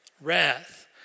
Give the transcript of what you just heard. wrath